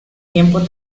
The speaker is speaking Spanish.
tiempo